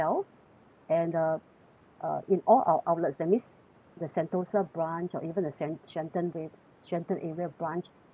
and uh uh in all our outlets that means the sentosa branch or even the shen~ shenton way shenton area branch uh